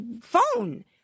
phone